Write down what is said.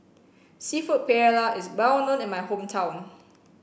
Seafood Paella is well known in my hometown